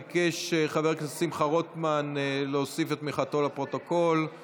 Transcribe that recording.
ביקש חבר הכנסת שמחה רוטמן להוסיף לפרוטוקול את תמיכתו.